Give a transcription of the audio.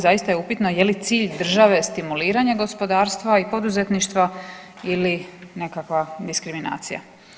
Zaista je upitno je li cilj države stimuliranje gospodarstva i poduzetništva ili nekakva diskriminacija.